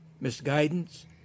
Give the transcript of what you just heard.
misguidance